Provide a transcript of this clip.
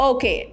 Okay